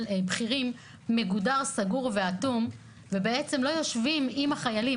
בכירים מגודר סגור ואטום ולא יושבים עם החיילים,